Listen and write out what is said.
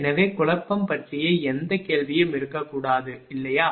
எனவே குழப்பம் பற்றிய எந்த கேள்வியும் இருக்கக்கூடாது இல்லையா